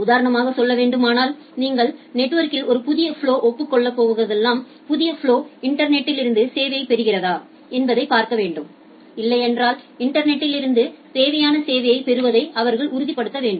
உதாரணமாக சொல்லவேண்டுமானால் நீங்கள் நெட்வொர்கில் ஒரு புதிய ஃபலொவை ஒப்புக் கொள்ளும்போதெல்லாம் புதிய ஃபலொ இன்டர்நெட்லிருந்து சேவையைப் பெறுகிறதா என்பதை பார்க்க வேண்டும் இல்லையென்றால் இன்டர்நெட்டிலிருந்து தேவையான சேவையைப் பெறுவதை அவர்கள் உறுதிப்படுத்த வேண்டும்